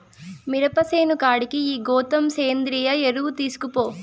మిరప సేను కాడికి ఈ గోతం సేంద్రియ ఎరువు తీస్కపో